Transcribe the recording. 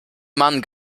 mann